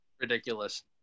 ridiculous